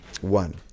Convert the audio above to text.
One